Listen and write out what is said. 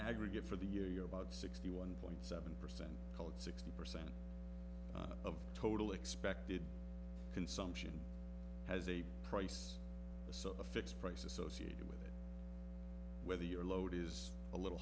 e for the year you're about sixty one point seven percent called sixty percent of total expected consumption as a price so a fixed price associated with whether your load is a little